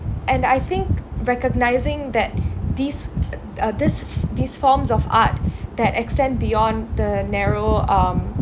and I think recognising that these these these forms of art that extend beyond the narrow um